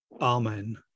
Amen